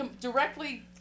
directly